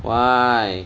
why